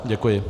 Děkuji.